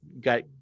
got